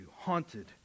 Haunted